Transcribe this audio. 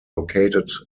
located